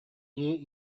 дии